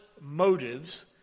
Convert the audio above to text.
motives